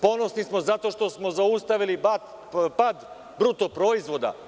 Ponosni smo zato što smo zaustavili pad bruto proizvoda.